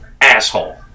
asshole